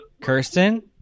kirsten